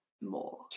more